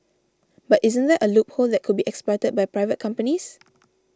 but isn't that a loophole that could be exploited by private companies